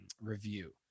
review